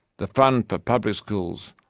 the fund for public schools,